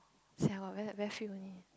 siao like very few only